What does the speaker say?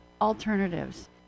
alternatives